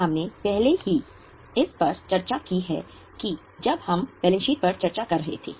हमने पहले ही इस पर चर्चा की है जब हम बैलेंस शीट पर चर्चा कर रहे थे